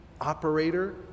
operator